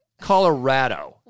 Colorado